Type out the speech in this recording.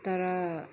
तर